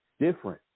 different